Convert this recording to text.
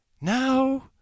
Now